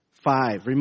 Five